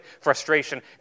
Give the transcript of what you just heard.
frustration